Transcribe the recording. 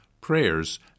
prayers